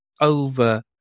over